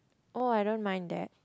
oh I don't mind that